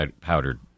powdered